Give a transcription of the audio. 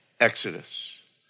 Exodus